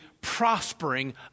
prospering